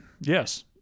Yes